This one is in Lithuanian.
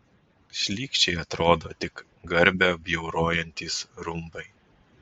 šlykščiai atrodo tik garbę bjaurojantys rumbai